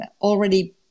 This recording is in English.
already